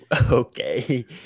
okay